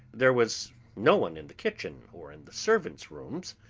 there was no one in the kitchen or in the servants' rooms,